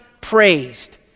praised